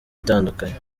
itandukanye